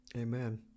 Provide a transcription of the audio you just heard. Amen